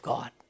God